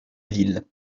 ville